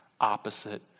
opposite